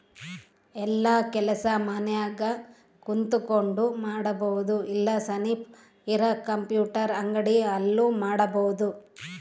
ಯೆಲ್ಲ ಕೆಲಸ ಮನ್ಯಾಗ ಕುಂತಕೊಂಡ್ ಮಾಡಬೊದು ಇಲ್ಲ ಸನಿಪ್ ಇರ ಕಂಪ್ಯೂಟರ್ ಅಂಗಡಿ ಅಲ್ಲು ಮಾಡ್ಬೋದು